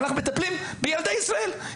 אנחנו מטפלים בילדי ישראל.